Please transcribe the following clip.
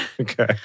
Okay